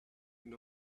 and